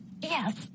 Yes